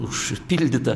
už pildyta